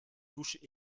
touche